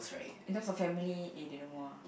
in terms family eh they know more